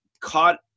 caught